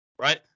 right